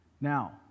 Now